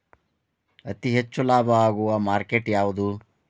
ಅತಿ ಹೆಚ್ಚು ಲಾಭ ಆಗುವ ಮಾರ್ಕೆಟ್ ಯಾವುದು?